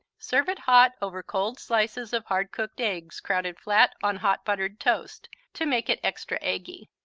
serve it hot over cold slices of hard-cooked eggs crowded flat on hot buttered toast, to make it extra eggy.